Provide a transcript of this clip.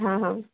ಹಾಂ ಹಾಂ